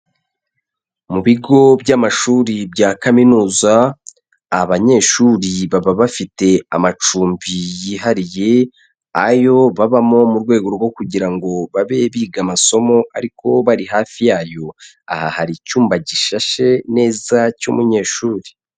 Mu bigo by'amashuri bya kaminuza abanyeshuri baba bafite amacumbi yihariye ayo babamo mu rwego rwo kugira ngo babe biga amasomo ariko bari hafi yayo, aha hari icyumba gishashe neza cy'umunyeshuri.